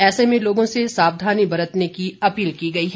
ऐसे में लोगों से सावधानी बरतने की अपील की गई है